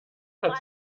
hat